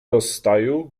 rozstaju